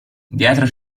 dietro